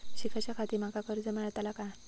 शिकाच्याखाती माका कर्ज मेलतळा काय?